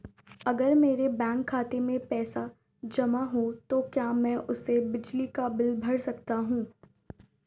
अगर मेरे बैंक खाते में पैसे जमा है तो क्या मैं उसे बिजली का बिल भर सकता हूं?